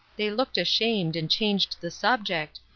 they looked ashamed and changed the subject,